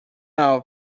out